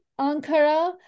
Ankara